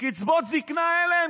קצבאות זקנה, אין להם